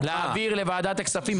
להעביר לוועדת הכספים.